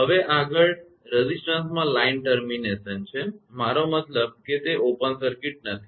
હવે આગળ રેઝિસ્ટન્સમાં લાઈન ટર્મિનેશન છે મારો મતલબ કે તે ઓપન સર્કિટ નથી